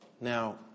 Now